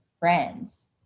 friends